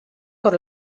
por